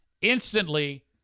Instantly